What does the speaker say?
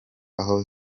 aho